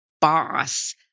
boss